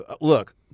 Look